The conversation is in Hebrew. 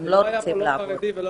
הם לא רוצים לעבוד.